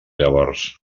llavors